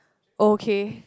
okay